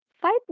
fight